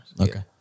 Okay